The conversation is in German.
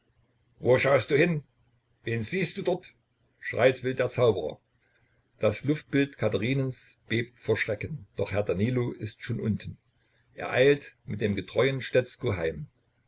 wo schaust du hin wen siehst du dort schreit wild der zauberer das luftbild katherinens bebt vor schrecken doch herr danilo ist schon unten er eilt mit dem getreuen stetzko heim